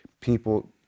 People